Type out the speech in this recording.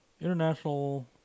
International